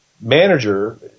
manager